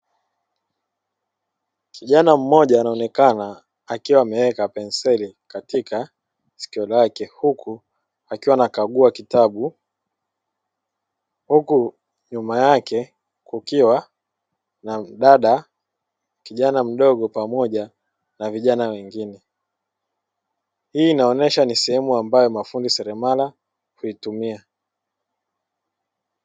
Kijana mmoja anaonekana akiwa ameweka penseli katika sikio lake huku akiwa anakagua kitabu, huku nyuma yake kukiwa na mdada, kijana mdogo, pamoja na vijana wengine, hii inaonyesha ni sehemu ambayo mafundi seremala huitumia.